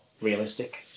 realistic